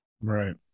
Right